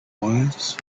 wise